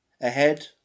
ahead